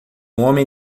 homem